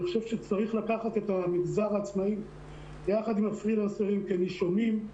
אני חושב שצריך לקחת את המגזר העצמאי ביחד עם הפרי-לנסרים כנישומים,